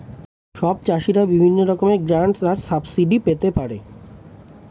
সব চাষীরা বিভিন্ন রকমের গ্র্যান্টস আর সাবসিডি পেতে পারে